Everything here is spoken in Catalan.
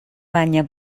banya